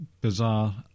bizarre